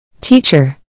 Teacher